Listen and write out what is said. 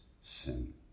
sin